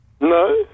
No